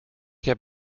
heb